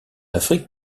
afrique